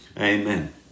amen